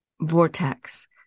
vortex